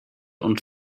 und